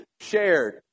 shared